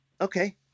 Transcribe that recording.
Okay